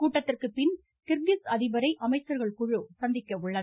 கூட்டத்திற்கு பின் கிர்கிஸ் அதிபரை அமைச்சர்கள் குழு சந்திக்க உள்ளது